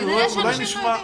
כנראה שאנשים לא יודעים.